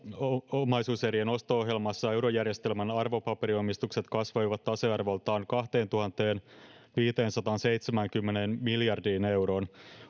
omaisuuserien osto ohjelmassa eurojärjestelmän arvopaperiomistukset kasvoivat tasearvoltaan kahteentuhanteenviiteensataanseitsemäänkymmeneen miljardiin euroon